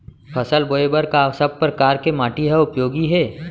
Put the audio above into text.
फसल बोए बर का सब परकार के माटी हा उपयोगी हे?